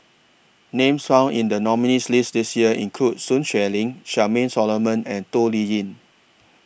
Names found in The nominees' list This Year include Sun Xueling Charmaine Solomon and Toh Liying